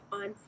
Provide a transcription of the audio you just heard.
on